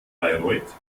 bayreuth